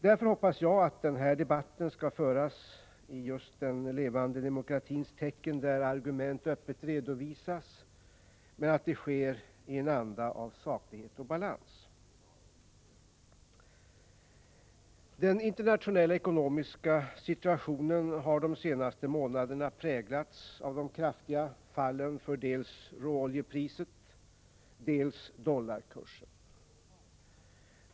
Därför hoppas jag att den här debatten skall föras i just den levande demokratins tecken, där argument öppet redovisas, men att det sker i en anda av saklighet och balans. Den internationella ekonomiska situationen har de senaste månaderna präglats av de kraftiga fallen för dels råoljepriset, dels dollarkursen.